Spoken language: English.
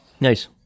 nice